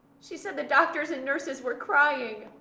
she said the doctors and nurses were crying.